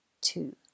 two